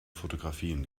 fotografien